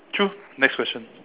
true next question